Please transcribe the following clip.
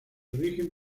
origen